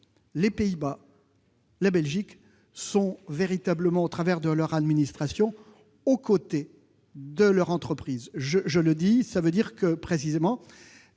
les Pays-Bas, la Belgique, sont véritablement, au travers de leur administration, aux côtés de leurs entreprises nationales. Cela veut dire précisément